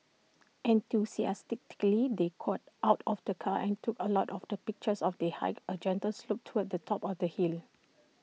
enthusiastically they got out of the car and took A lot of the pictures of they hiked A gentle slope towards the top of the hill